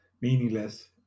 meaningless